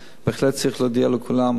בהחלט צריך להודיע לכולם את הסכנות.